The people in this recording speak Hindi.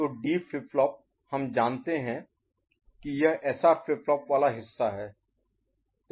तो डी फ्लिप फ्लॉप हम जानते हैं कि यह एसआर फ्लिप फ्लॉप वाला हिस्सा है